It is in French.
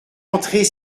entrer